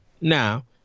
Now